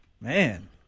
Man